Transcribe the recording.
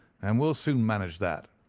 and we'll soon manage that.